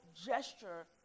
gesture